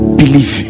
believe